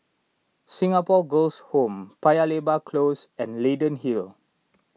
Singapore Girls' Home Paya Lebar Close and Leyden Hill